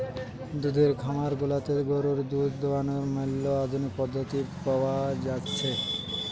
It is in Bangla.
দুধের খামার গুলাতে গরুর দুধ দোহানোর ম্যালা আধুনিক পদ্ধতি পাওয়া জাতিছে